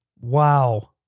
Wow